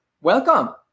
welcome